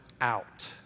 out